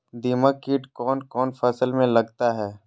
दीमक किट कौन कौन फसल में लगता है?